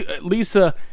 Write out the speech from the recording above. Lisa